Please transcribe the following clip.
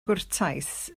gwrtais